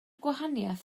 gwahaniaeth